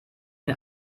den